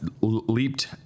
leaped